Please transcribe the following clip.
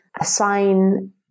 assign